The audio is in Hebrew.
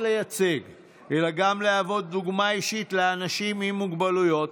לייצג אלא גם להיות דוגמה אישית לאנשים עם מוגבלויות,